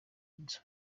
nzu